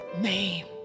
name